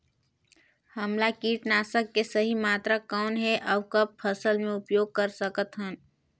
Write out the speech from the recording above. हमला कीटनाशक के सही मात्रा कौन हे अउ कब फसल मे उपयोग कर सकत हन?